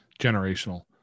generational